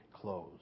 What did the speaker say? close